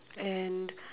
and